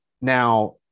Now